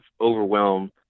overwhelm